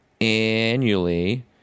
annually